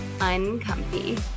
uncomfy